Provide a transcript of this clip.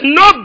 no